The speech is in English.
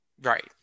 Right